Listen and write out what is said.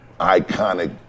iconic